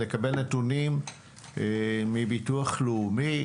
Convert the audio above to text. לקבל נתונים מביטוח לאומי,